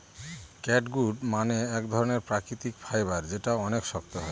catgut মানে এক ধরনের প্রাকৃতিক ফাইবার যেটা অনেক শক্ত হয়